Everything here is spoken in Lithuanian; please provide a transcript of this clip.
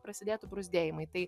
prasidėtų bruzdėjimai tai